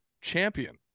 champion